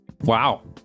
Wow